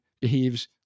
behaves